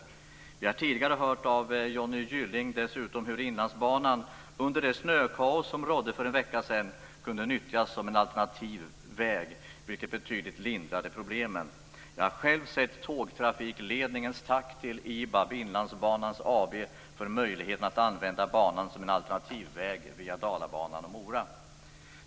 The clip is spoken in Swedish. Vi har dessutom tidigare hört av Johnny Gylling hur Inlandsbanan under det snökaos som rådde för en vecka sedan kunde nyttjas som alternativ väg, vilket betydligt lindrade problemen. Jag har själv sett tågtrafikledningens tack till IBAB, Inlandsbanan AB, för möjligheten att använda banan som en alternativ väg via Dalabanan och Mora.